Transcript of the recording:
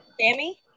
Sammy